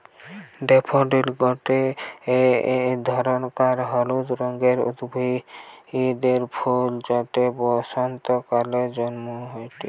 daffodil গটে ধরণকার হলুদ রঙের উদ্ভিদের ফুল যেটা বসন্তকালে জন্মাইটে